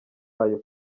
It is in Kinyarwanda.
ayo